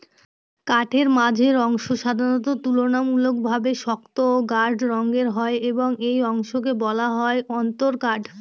কাঠের মাঝের অংশ সাধারণত তুলনামূলকভাবে শক্ত ও গাঢ় রঙের হয় এবং এই অংশকে বলা হয় অন্তরকাঠ